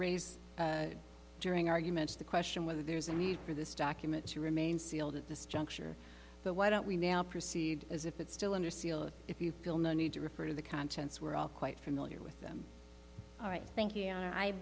raise during arguments the question whether there's a need for this document to remain sealed at this juncture but why don't we now proceed as if it's still under seal if you feel no need to refer to the contents were all quite familiar with them all right thank you